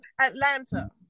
Atlanta